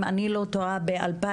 אם אני לא טועה ב-2020,